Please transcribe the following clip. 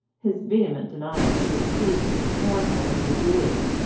his vehement denials were received with scornful incredulity,